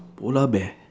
polar bear